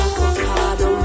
Avocado